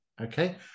Okay